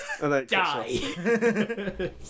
die